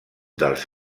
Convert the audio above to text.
dels